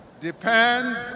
depends